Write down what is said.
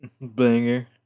Banger